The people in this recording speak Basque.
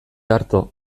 arto